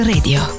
Radio